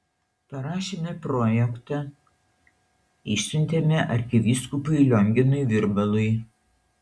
parašėme projektą išsiuntėme arkivyskupui lionginui virbalui